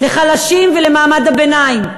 לחלשים ולמעמד הביניים.